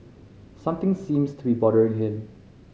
something seems to be bothering him